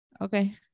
Okay